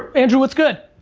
andrew, what's good?